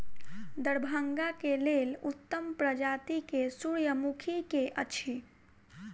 दरभंगा केँ लेल उत्तम प्रजाति केँ सूर्यमुखी केँ अछि?